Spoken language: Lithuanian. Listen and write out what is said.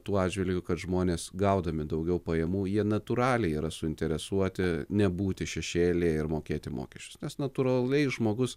tuo atžvilgiu kad žmonės gaudami daugiau pajamų jie natūraliai yra suinteresuoti nebūti šešėlyje ir mokėti mokesčius nes natūraliai žmogus